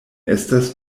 estas